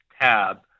tab